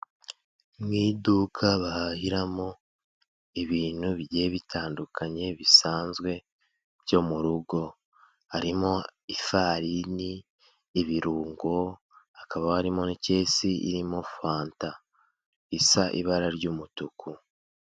Mu iduka bahahiramo ibintu bigiye bitandukanye bisanzwe, byo mu rugo. Harimo ifarini, ibirungo, hakaba harimo n'ikesi irimo fanta. Isa ibara ry'umutuku.